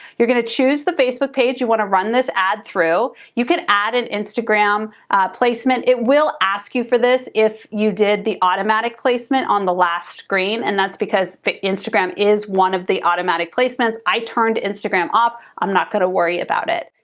you're gonna choose the facebook page you wanna run this ad through? you can add an instagram placement. it will ask you for this if you did the automatic placement on the last screen, and that's because instagram is one of the automatic placements. i turned instagram off, i'm not gonna worry about it.